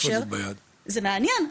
זה מעניין.